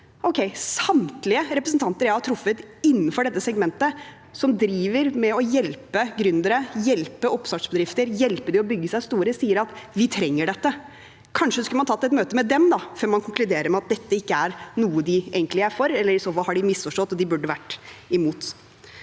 Samtlige representanter jeg har truffet innenfor dette segmentet som hjelper gründere, hjelper oppstartsbedrifter, hjelper dem å bygge seg store, sier at de trenger dette. Kanskje skulle man tatt et møte med dem før man konkluderer med at dette ikke er noe de egentlig er for, eller har de misforstått og burde vært imot?